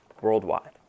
worldwide